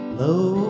low